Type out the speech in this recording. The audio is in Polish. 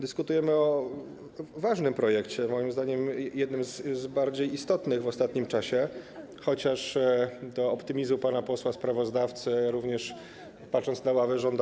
Dyskutujemy o ważnym projekcie, moim zdaniem jednym z bardziej istotnych w ostatnim czasie, chociaż co do optymizmu pana posła sprawozdawcy, również patrząc na ławy rządowe.